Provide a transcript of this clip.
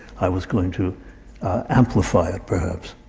i was going to amplify it, perhaps.